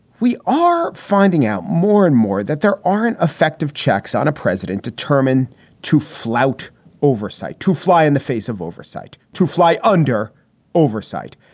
we are finding out more and more that there aren't effective checks on a president determined to flout oversight, to fly in the face of oversight, to fly under oversight,